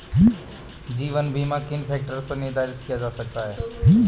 जीवन बीमा किन फ़ैक्टर्स पर निर्धारित किया जा सकता है?